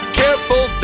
careful